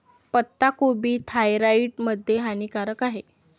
पत्ताकोबी थायरॉईड मध्ये हानिकारक आहे